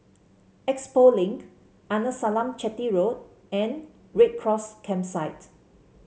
Expo Link Arnasalam Chetty Road and Red Cross Campsite